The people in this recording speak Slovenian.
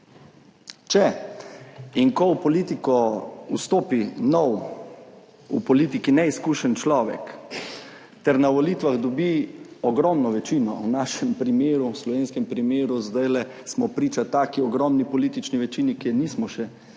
Če in ko v politiko vstopi nov, v politiki neizkušen človek ter na volitvah dobi ogromno večino, v našem primeru, v slovenskem primeru smo zdajle priča taki ogromni politični večini, ki je še nismo videli